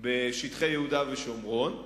בשטחי יהודה ושומרון ועזה,